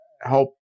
help